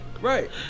Right